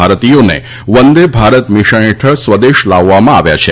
ભારતીયોને વંદે ભારત મીશન હેઠળ સ્વદેશ લાવવામાં આવ્યા છે